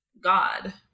god